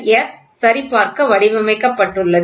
S சரிபார்க்க வடிவமைக்கப்பட்டுள்ளது